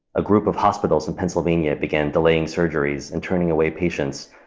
a group of hospitals in pennsylvania began delaying surgeries and turning away patients.